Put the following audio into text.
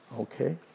Okay